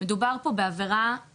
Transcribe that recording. מדובר פה בעבירה,